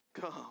Come